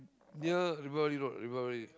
near River Valley road River Valley